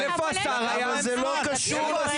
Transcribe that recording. אבל זה לא קשור.